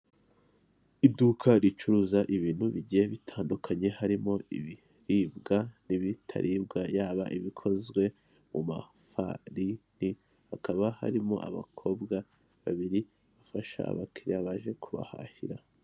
Iduka ricuruza ibintu bigiye bitandukanye harimo ibiribwa n'ibitaribwa, yaba ibikozwe mu mafarini, hakaba harimo abakobwa babiri bafasha abakiriya baje kubahahira.